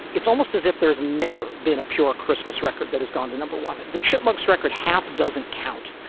it's almost as if there's never been a pure christmas record that has gone to number one. the chipmunks record half doesn't count.